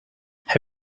have